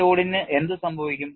ഈ ലോഡിന് എന്ത് സംഭവിക്കും